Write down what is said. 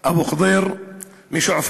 אבו ח'דיר משועפאט,